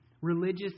religious